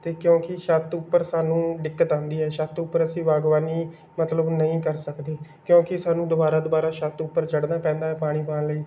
ਅਤੇ ਕਿਉਂਕਿ ਛੱਤ ਉੱਪਰ ਸਾਨੂੰ ਦਿੱਕਤ ਆਉਂਦੀ ਹੈ ਛੱਤ ਉੱਪਰ ਅਸੀਂ ਬਾਗਬਾਨੀ ਮਤਲਬ ਨਹੀਂ ਕਰ ਸਕਦੇ ਕਿਉਂਕਿ ਸਾਨੂੰ ਦੁਬਾਰਾ ਦੁਬਾਰਾ ਛੱਤ ਉੱਪਰ ਚੜ੍ਹਨਾ ਪੈਂਦਾ ਹੈ ਪਾਣੀ ਪਾਉਣ ਲਈ